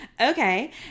okay